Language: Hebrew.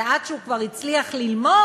עד שהוא כבר הצליח ללמוד,